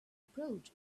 approach